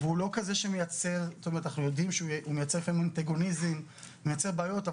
אנחנו יודעים שהוא מייצר אנטגוניזם, מייצר בעיות.